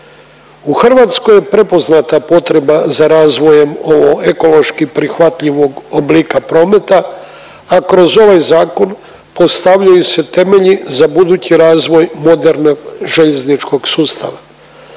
U Hrvatskoj je prepoznata potreba za razvojem ovog ekološki prihvatljivog oblika prometa, a kroz ovaj zakon postavljaju se temelji za budući razvoj modernog željezničkog sustava.